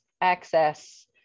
access